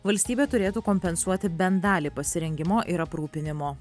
valstybė turėtų kompensuoti bent dalį pasirengimo ir aprūpinimo